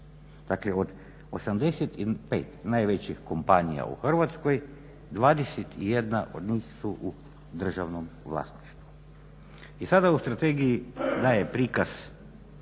Dakle od 85 najvećih kompanija u Hrvatskoj 21 od njih su u državnom vlasništvu. I sada u strategiji daje prikaz